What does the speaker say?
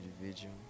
individual